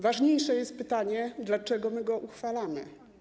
Ważniejsze jest pytanie, dlaczego my go uchwalamy.